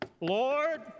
Lord